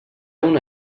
una